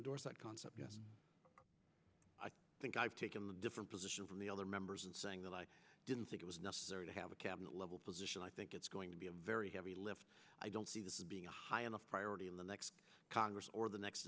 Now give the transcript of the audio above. force that concept i think i've taken a different position from the other members and saying that i didn't think it was necessary to have a cabinet level position i think it's going to be a very heavy lift i don't see this in being a high enough priority in the next congress or the next